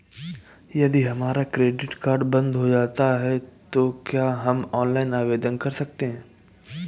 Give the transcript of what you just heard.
यदि हमारा credit card बंद हो जाता है तो क्या हम ऑनलाइन आवेदन कर सकते हैं?